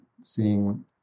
seeing